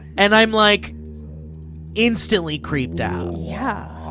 and i'm like instantly creeped out. yeah.